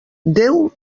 déu